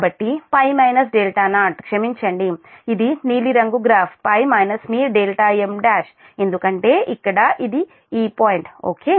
కాబట్టి π - δ0 క్షమించండి ఇది నీలిరంగు గ్రాఫ్ π - మీ m1 ఎందుకంటే ఇక్కడ ఇది పాయింట్ ఓకే